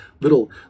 little